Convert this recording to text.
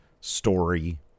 story